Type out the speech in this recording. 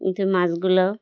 কিন্তু মাছগুলোও